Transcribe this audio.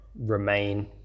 remain